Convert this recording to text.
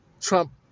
Trump